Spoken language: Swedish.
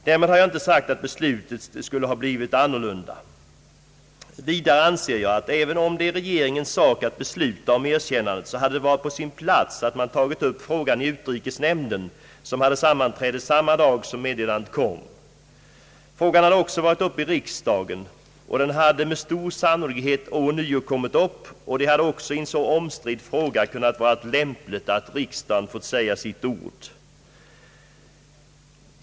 Därmed har jag inte sagt att beslutet skulle ha blivit annorlunda. Vidare anser jag att även om det är regeringens sak att besluta om erkännandet, så hade det varit på sin plats att man tagit upp frågan i utrikesnämnden, som hade sammanträde samma dag som meddelandet kom. Frågan hade också varit uppe i riksdagen, och den hade med stor sannolikhet ånyo kommit upp. Det hade i en så omstridd fråga kunnat vara lämpligt att riksdagen fått säga sitt ord.